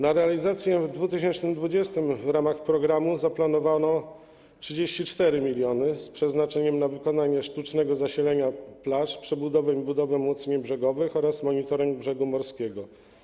Na realizację w 2020 r. w ramach programu zaplanowano 34 mln zł, z przeznaczeniem na wykonanie sztucznego zasilania plaż, przebudowę i budowę umocnień brzegowych oraz monitoring brzegu morskiego.